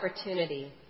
opportunity